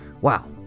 wow